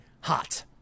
hot